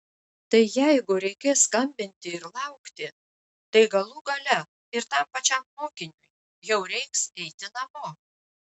tai jeigu reikės skambinti ir laukti tai galų gale ir tam pačiam mokiniui jau reiks eiti namo